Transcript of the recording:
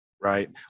right